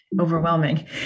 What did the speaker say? overwhelming